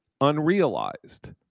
unrealized